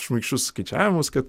šmaikščius skaičiavimus kad